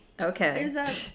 okay